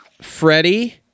Freddie